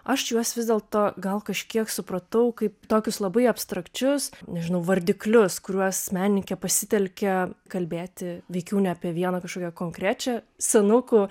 aš juos vis dėlto gal kažkiek supratau kaip tokius labai abstrakčius nežinau vardiklius kuriuos menininkė pasitelkia kalbėti veikiau ne apie vieną kažkokią konkrečią senukų